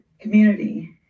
community